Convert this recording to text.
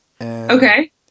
okay